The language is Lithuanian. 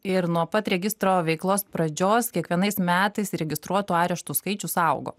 ir nuo pat registro veiklos pradžios kiekvienais metais įregistruotų areštų skaičius augo